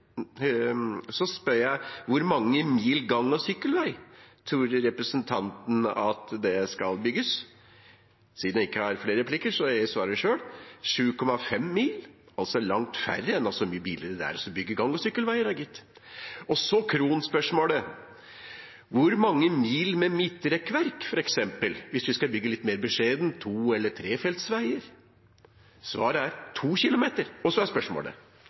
Så spør jeg: Hvor mange mil gang- og sykkelvei tror representanten at det skal bygges? Siden jeg ikke har flere replikker, gir jeg svaret selv: 7,5 mil, altså langt færre, enda så mye billigere det er å bygge gang- og sykkelveier, da gitt. Og så kronspørsmålet: Hvor mange mil med midtrekkverk, f.eks., hvis vi skal bygge litt mer beskjedent, på to- eller trefeltsveier? Svaret er 2 km. Og så er spørsmålet: